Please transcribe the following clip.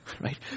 right